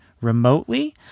remotely